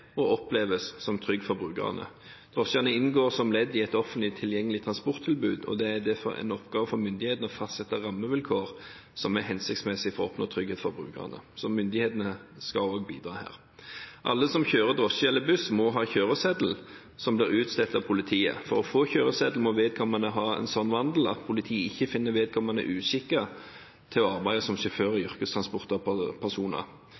og oppleves som trygg for brukerne. Drosjene inngår som ledd i et offentlig tilgjengelig transporttilbud, og det er derfor en oppgave for myndighetene å fastsette rammevilkår som er hensiktsmessig for å oppnå trygghet for brukerne – så myndighetene skal også bidra her. Alle som kjører drosje eller buss, må ha kjøreseddel som blir utstedt av politiet. For å få kjøreseddel må vedkommende ha en slik vandel at politiet ikke finner vedkommende uskikket til å arbeide som sjåfør i yrkestransport av personer.